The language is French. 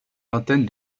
vingtaine